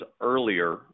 earlier